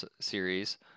series